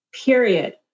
period